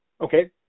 Okay